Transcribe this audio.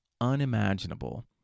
unimaginable